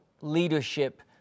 leadership